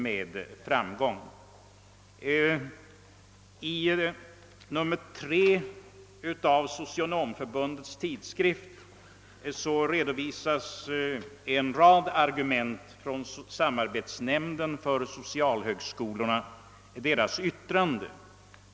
I nr 13 för i år av Socionomförbundets tidskrift redovisas en rad argument ur ett yttrande från samarbetsnämnden för socialhögskolorna över en skrivelse från Socialhögskolornas studentkårers organisation rörande vissa förbättringar i socionompraktiken m.m., som överlämnats till ecklesiastikministern.